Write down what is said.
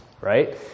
right